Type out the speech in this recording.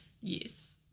Yes